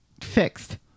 fixed